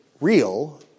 real